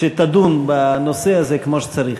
שתדון בנושא הזה כמו שצריך.